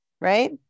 Right